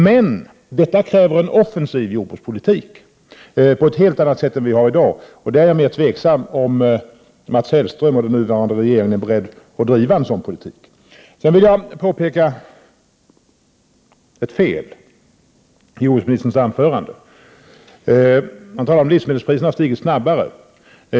Men detta kräver på ett helt annat sätt än i dag en offensiv jordbrukspolitik, och jag är mer tveksam till om Mats Hellström och den nuvarande regeringen är beredd att bedriva en sådan politik. Jag vill påpeka en felaktighet i jordbruksministerns anförande. Han talade om att livsmedelspriserna stiger snabbare i Sverige än i omvärlden, och han — Prot.